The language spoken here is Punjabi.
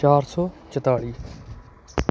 ਚਾਰ ਸੌ ਚੁਤਾਲੀ